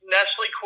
Nestle